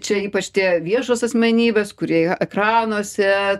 čia ypač tie viešos asmenybės kurie ekranuose